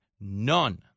none